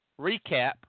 recap